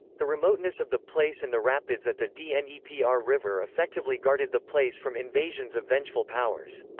the remoteness of the place and the rapids at the dnepr river effectively guarded the place from invasions of vengeful powers.